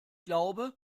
glaube